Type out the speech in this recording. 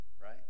right